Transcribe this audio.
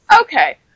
okay